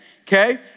Okay